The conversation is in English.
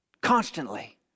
Constantly